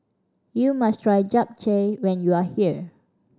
you must try Japchae when you are here